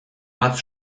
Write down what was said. bat